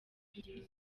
bw’igihugu